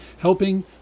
helping